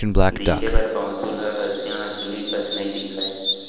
दिखे म पौंसुल हर हँसिया हँसुली कस नइ दिखय